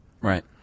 Right